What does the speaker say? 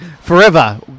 forever